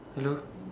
hello